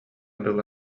дылы